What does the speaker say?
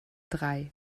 drei